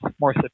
more